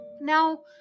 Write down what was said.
Now